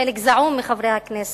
חלק זעום מחברי הכנסת,